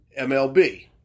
MLB